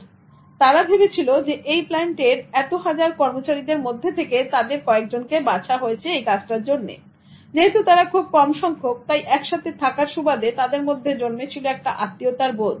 মহিলারা ভেবেছিল যে এই প্ল্যান্টের এত হাজার কর্মচারীর মধ্যে থেকে তাদের কয়েকজনকে বাছা হয়েছে এই কাজটার জন্য যেহেতু তারা খুব কম সংখ্যক তাই একসাথে থাকার সুবাদে তাদের মধ্যে জন্মেছিল আত্মীয়তার বোধ